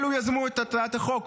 אלה יזמו את הצעת החוק.